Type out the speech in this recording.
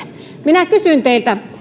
minä kysyn teiltä